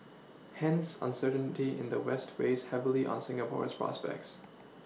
hence uncertainty in the west weighs heavily on Singapore's prospects